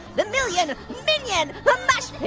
the million minion mosh